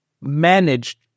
managed